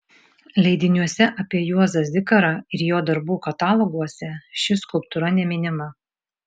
leidiniuose apie juozą zikarą ir jo darbų kataloguose ši skulptūra neminima